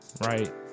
right